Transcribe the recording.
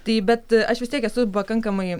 taip bet aš vis tiek esu pakankamai